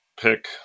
pick